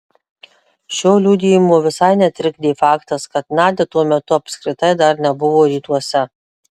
šio liudijimo visai netrikdė faktas kad nadia tuo metu apskritai dar nebuvo rytuose